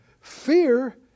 Fear